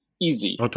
easy